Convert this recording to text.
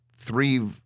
three